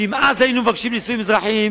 כי אם אז היינו מבקשים נישואים אזרחיים,